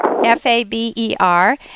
F-A-B-E-R